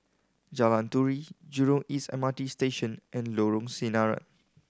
Jalan Turi Jurong East M R T Station and Lorong Sinaran